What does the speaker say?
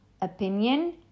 opinion